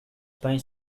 pain